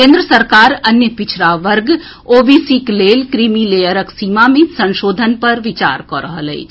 केन्द्र सरकार अन्य पिछड़ा वर्ग ओबीसीक लेल क्रीमी लेयरक सीमा मे संशोधन पर विचार कऽ रहल अछि